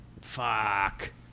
Fuck